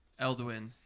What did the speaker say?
Elduin